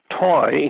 toy